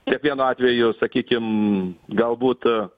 kiekvienu atveju sakykim galbūt